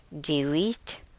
Delete